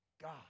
God